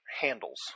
handles